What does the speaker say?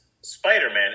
spider-man